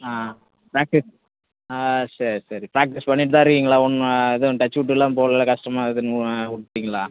ஆ practice ஆ சரி சரி ப்ராக்டிஸ் பண்ணிக்கிட்டுதான் இருக்கீங்களா ஒன்றும் எதுவும் டச் விட்டுலாம் போகல கஷ்டமாக இருக்குதுன்னு விட்டீங்களா